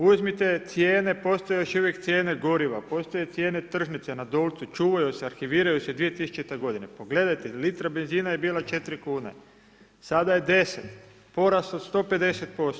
Uzmite cijene, postoje još uvijek cijene goriva, postoje cijene Tržnice na Dolcu, čuvaju se, arhiviraju se 2000 godine, pogledajte, litra benzina je bila 4,00 kn, sada je 10,00 kn, porast od 150%